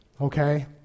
okay